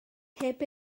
heb